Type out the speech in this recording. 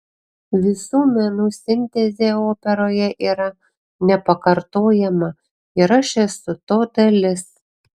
visų menų sintezė operoje yra nepakartojama ir aš esu to dalis